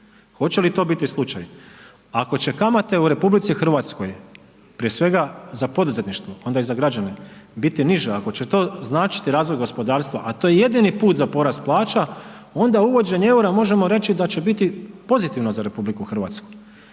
Hoće li to biti slučaj? Ako će kamate u RH, prije svega za poduzetništvo, a onda i za građane biti niže, ako će to značiti razvoju gospodarstva a to je jedini put za porast plaća onda uvođenje eura možemo reći da će biti pozitivno za RH ali to